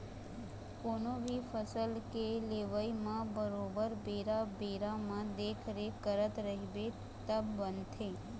कोनो भी फसल के लेवई म बरोबर बेरा बेरा म देखरेख करत रहिबे तब बनथे